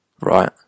right